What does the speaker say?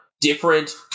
different